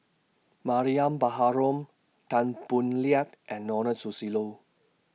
Mariam Baharom Tan Boo Liat and Ronald Susilo